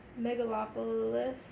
Megalopolis